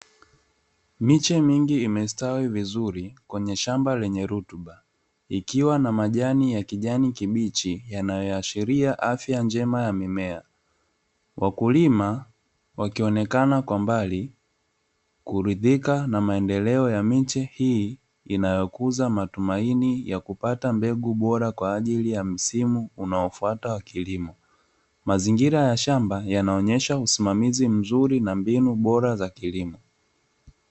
Miche mingi imestawi vizuri kwenye shamba lenye rutuba, ikiwa na majani ya kijani kibichi yanayoashiria afya njema ya mimea. Wakulima, wakionekana kwa mbali, kuridhika na maendeleo ya miche hii inayokuza matumaini ya kupata mbegu bora kwa ajili ya msimu unaofuata wa kilimo. Mazingira ya shamba yanaonyesha usimamizi mzuri na mbinu bora za kilimo.